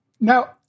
Now